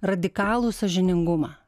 radikalų sąžiningumą